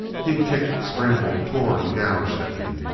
he kicked, scrambled, tore and gouged at me.